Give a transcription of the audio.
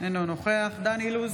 אינו נוכח דן אילוז,